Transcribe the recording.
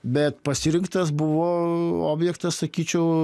bet pasirinktas buvo objektas sakyčiau